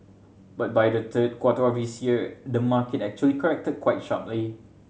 but by the third quarter of this year the market actually corrected quite sharply